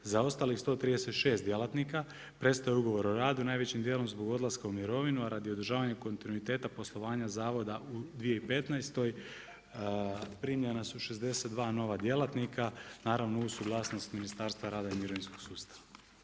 Za ostalih 136 djelatnika prestaje ugovor o radu, najvećim dijelom zbog odlaska u mirovinu a radi održavanja kontinuiteta poslovanja zavoda u 2015. primljena su 62 nova djelatnika naravno uz suglasnost Ministarstva rada i mirovinskog sustava.